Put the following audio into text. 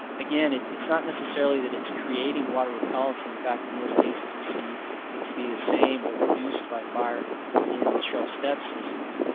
again it's not necessarily that it's creating water repellency, in fact in most cases we see it to be the same or reduced by fire in shrub steppe systems.